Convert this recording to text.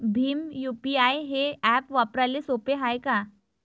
Bhim UPI हे app वापराले सोपे हाय का?